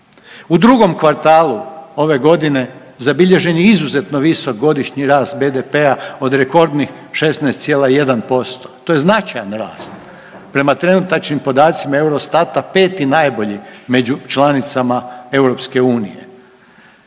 U drugom kvartalu ove godine zabilježen je izuzetno visok godišnji rast BDP-a od rekordnih 16,1% to je značajan rast. Prema trenutačnim podacima Eurostata peti najbolji među članicama EU.